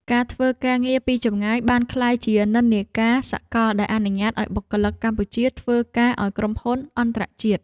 ការធ្វើការងារពីចម្ងាយបានក្លាយជានិន្នាការសកលដែលអនុញ្ញាតឱ្យបុគ្គលិកកម្ពុជាធ្វើការឱ្យក្រុមហ៊ុនអន្តរជាតិ។